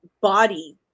body